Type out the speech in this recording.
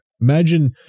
Imagine